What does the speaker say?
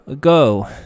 go